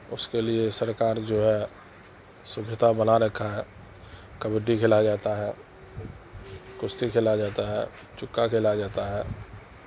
اس کے لیے سرکار جو ہے سویدھا بنا رکھا ہے کبڈی کھیلا جاتا ہے کشتی کھیلا جاتا ہے چکا کھیلا جاتا ہے